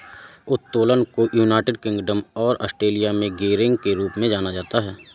उत्तोलन को United Kingdom और ऑस्ट्रेलिया में गियरिंग के रूप में जाना जाता है